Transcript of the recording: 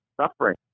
suffering